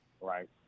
right